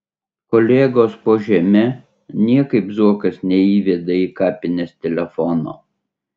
kolegos po žeme niekaip zuokas neįveda į kapines telefono